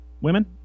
women